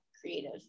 creative